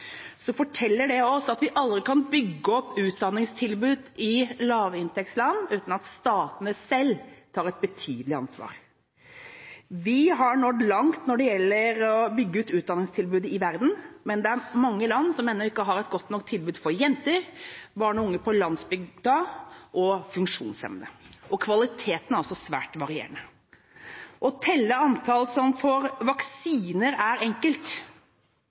forteller det oss at vi aldri kan bygge opp utdanningstilbud i lavinntektsland uten at statene selv tar et betydelig ansvar. Vi har nådd langt når det gjelder å bygge ut utdanningstilbudet i verden, men det er mange land som ennå ikke har et godt nok tilbud for jenter, for barn og unge på landsbygda og for funksjonshemmede. Kvaliteten er også svært varierende. Å telle antall personer som får vaksiner, er enkelt,